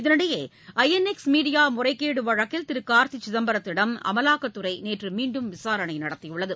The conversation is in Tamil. இதனிடையே ஐ என் எக்ஸ் மீடியா முறைகேடு வழக்கில் திரு கார்த்தி சிதம்பரத்திடம் அமலாக்கத்துறை நேற்று மீண்டும் விசாரணை நடத்தியுள்ளது